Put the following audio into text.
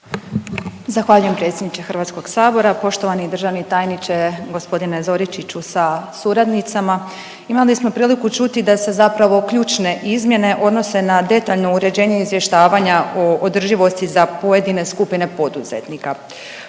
Zahvaljujem predsjedniče Hrvatskog sabora. Poštovani državni tajniče, gospodine Zoričiću sa suradnicama. Imali smo priliku čuti da se zapravo ključne izmjene odnose na detaljno uređenje izvještavanja o održivosti za pojedine skupine poduzetnika.